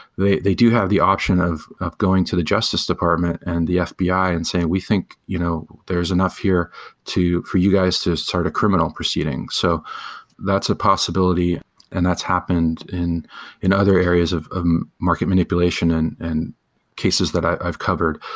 they they do have the option of of going to the justice department and the fbi and saying, we think you know there's enough here for you guys to start a criminal proceeding. so that's a possibility and that's happened in in other areas of market manipulation and and cases that i've covered.